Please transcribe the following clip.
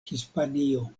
hispanio